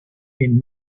been